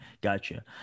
Gotcha